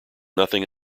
nothing